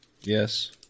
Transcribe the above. Yes